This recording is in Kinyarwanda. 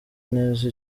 neza